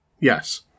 Yes